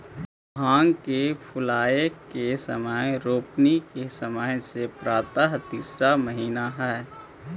भांग के फूलाए के समय रोपनी के समय से प्रायः तीसरा महीना हई